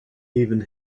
even